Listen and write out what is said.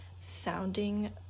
sounding